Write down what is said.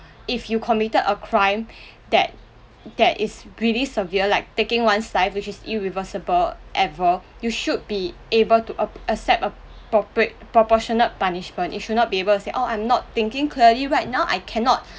if you committed a crime that that is really severe like taking one side which is irreversible ever you should be able to ap~ accept appropriate proportionate punishment you should not be able to say oh I'm not thinking clearly right now I cannot